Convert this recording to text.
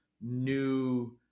new